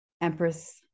Empress